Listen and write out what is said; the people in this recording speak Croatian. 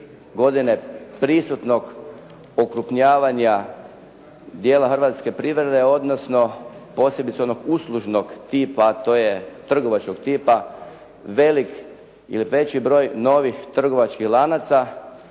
godine prisutnog pokrupnjavanja dijela hrvatske privrede, odnosno posebice onog uslužnog tipa, a to je trgovačkog tipa velik ili veći broj novih trgovačkih lanaca